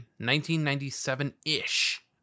1997-ish